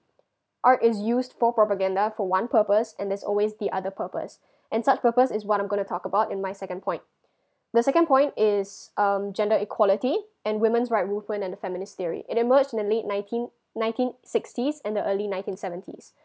art is used for propaganda for one purpose and there's always the other purpose and such purpose is what I'm gonna talk about in my second point the second point is um gender equality and women rights movement and the feminist theory it emerged in the late nineteen nineteen sixties and the early nineteen seventies